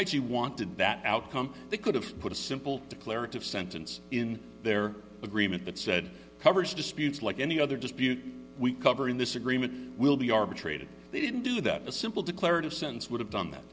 actually wanted that outcome they could have put a simple declarative sentence in their agreement that said coverage disputes like any other dispute we cover in this agreement will be arbitrated they didn't do that a simple declarative sentence would have done